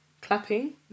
Clapping